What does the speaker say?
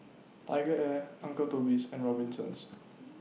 TigerAir Uncle Toby's and Robinsons